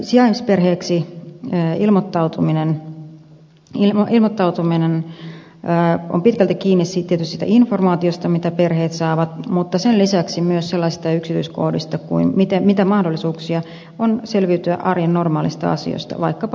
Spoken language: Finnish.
sijaisperheeksi ilmoittautuminen on pitkälti kiinni tietysti siitä informaatiosta mitä perheet saavat mutta sen lisäksi myös sellaisista yksityiskohdista kuin siitä mitä mahdollisuuksia on selviytyä arjen normaaleista asioista vaikkapa päivähoidosta